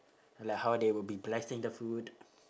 like how they will be blessing the food